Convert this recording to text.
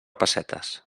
pessetes